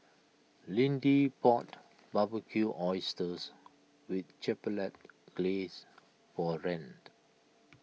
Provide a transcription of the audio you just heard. Lidie bought Barbecued Oysters with Chipotle Glaze for a Rand